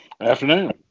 Afternoon